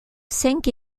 cinq